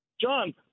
John